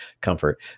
comfort